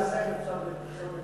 אני רציתי להסב את תשומת לבך,